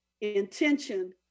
intention